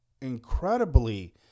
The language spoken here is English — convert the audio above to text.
incredibly